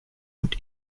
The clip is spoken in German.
und